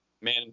man